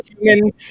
human